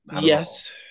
Yes